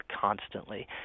constantly